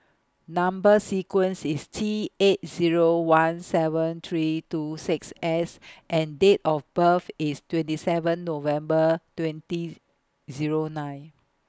Number sequence IS T eight Zero one seven three two six S and Date of birth IS twenty seven November twenty Zero nine